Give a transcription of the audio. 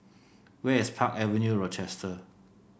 where is Park Avenue Rochester